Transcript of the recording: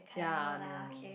ya no no